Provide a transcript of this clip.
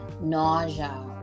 nausea